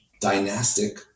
dynastic